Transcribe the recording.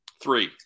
three